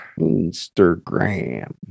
Instagram